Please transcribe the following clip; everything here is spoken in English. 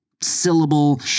syllable